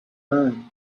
man